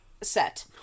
set